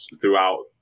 throughout